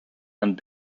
and